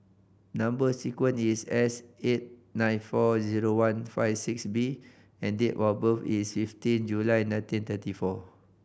number sequence is S eight nine four zero one five six B and date of birth is fifteen July nineteen thirty four